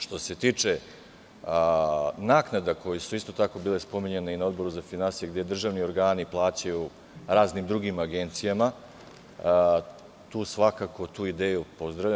Što se tiče naknada, koje su isto tako bile spominjane i na Odboru za finansije, gde državni organi plaćaju raznim drugim agencijama, tu ideju pozdravljam.